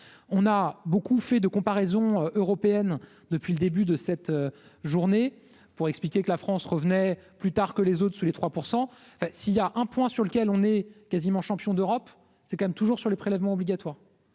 on a beaucoup fait de comparaison européenne depuis le début de cette journée pour expliquer que la France revenait plus tard que les autres sous les 3 % s'il y a un point sur lequel on est quasiment champion d'Europe, c'est quand même toujours sur les prélèvements obligatoires.